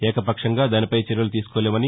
ఏకపక్షంగా దానిపై చర్యలు తీసుకోలేమన్నారు